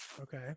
Okay